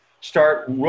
start